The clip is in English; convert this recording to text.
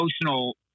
emotional